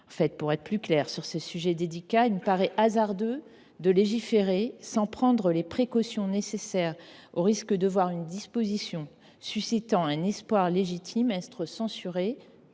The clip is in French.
En conclusion, sur ce sujet délicat, il me paraît hasardeux de légiférer sans prendre les précautions nécessaires, au risque de voir une disposition suscitant un espoir légitime être censurée